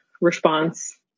response